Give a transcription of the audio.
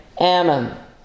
Ammon